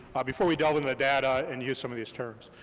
before we delve into the data, and use some of these terms.